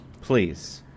Please